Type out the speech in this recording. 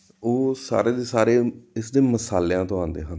ਉਹ ਸਾਰੇ ਦੇ ਸਾਰੇ ਇਸਦੇ ਮਸਾਲਿਆਂ ਤੋਂ ਆਉਂਦੇ ਹਨ